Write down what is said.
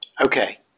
Okay